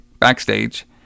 backstage